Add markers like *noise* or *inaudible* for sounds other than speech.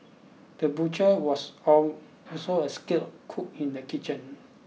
the butcher was *hesitation* also a skilled cook in the kitchen